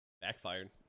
Backfired